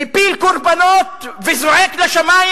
מפיל קורבנות וזועק לשמים: